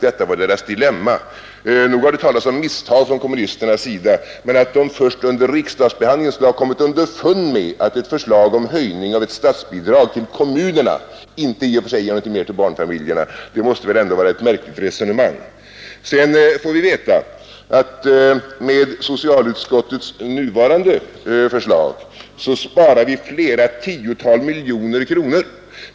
Detta var deras dilemma.” Nog har det talats om misstag från kommunisternas sida, men att de först under riksdagsbehandlingen skulle ha kommit underfund med att ett förslag om höjning av ett statsbidrag till kommunerna inte i och för sig ger någonting mer till barnfamiljerna måste väl ändå vara ett märkligt resonemang. Sedan får vi veta att med socialutskottets nuvarande förslag sparar vi flera tiotal miljoner kronor.